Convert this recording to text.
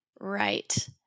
Right